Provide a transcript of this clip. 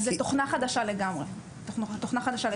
זאת לגמרי תוכנה חדשה.